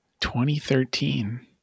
2013